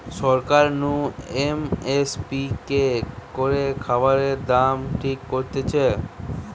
সরকার নু M S P তে করে খাবারের দাম ঠিক করতিছে